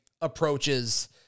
approaches